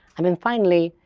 and then finally,